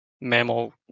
mammal